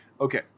okay